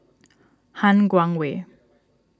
Han Guangwei